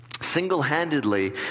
single-handedly